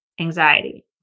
anxiety